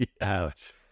Ouch